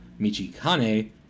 Michikane